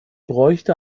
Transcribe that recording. bräuchte